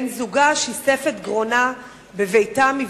בן-זוגה שיסף את גרונה בביתה-מבצרה.